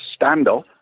standoff